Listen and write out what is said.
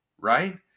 Right